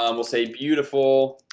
um will say beautiful